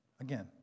Again